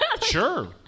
Sure